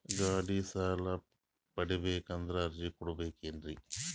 ಗಾಡಿ ಸಾಲ ಪಡಿಬೇಕಂದರ ಅರ್ಜಿ ಕೊಡಬೇಕೆನ್ರಿ?